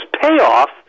payoff